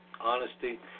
honesty